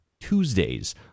Tuesdays